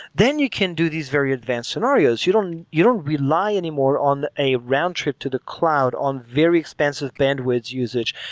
then you can do these very advanced scenarios. you don't you don't rely anymore on a round-trip to the cloud on very expensive bandwidth usage.